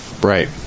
Right